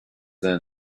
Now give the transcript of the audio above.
then